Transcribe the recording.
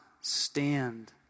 stand